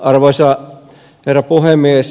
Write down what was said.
arvoisa herra puhemies